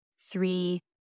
three